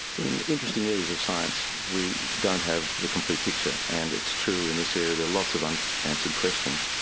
in interesting areas of science we don't have the complete picture and it's true in this area there are lots of and unanswered questions.